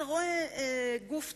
אתה רואה גוף צבוע,